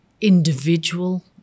individual